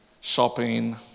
shopping